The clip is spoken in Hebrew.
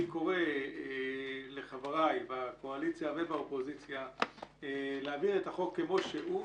אני קורא לחבריי בקואליציה ובאופוזיציה להעביר את החוק כמו שהוא,